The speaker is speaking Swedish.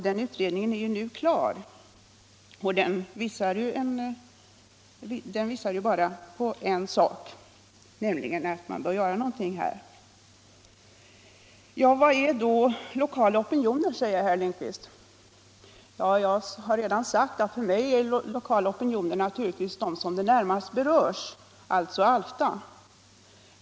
Den utredningen är nu klar, och den visar att någonting här bör göras. Vad menas med en lokal opinion? frågar herr Lindkvist. Jag har redan sagt att jag med den lokala opinionen avser dem som närmast berörs, alltså här Alfta.